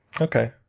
Okay